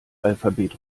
alphabet